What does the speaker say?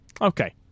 Okay